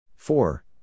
four